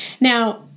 Now